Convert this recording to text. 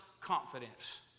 Confidence